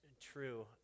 true